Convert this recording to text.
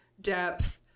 depth